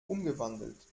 umgewandelt